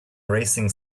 racing